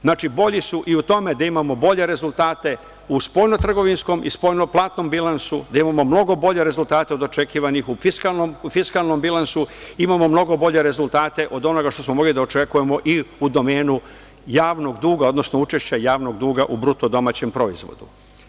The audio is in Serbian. Znači, bolji su i u tome da imamo bolje rezultate u spoljno-trgovinskom i spoljno-platnom bilansu, da imamo mnogo bolje rezultate od očekivanih u fiskalnom bilansu, imamo mnogo bolje rezultate od onoga što smo mogli da očekujemo u domenu javnog duga, odnosno učešća javnog duga u bruto domaćem proizvodu.